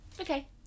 Okay